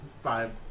five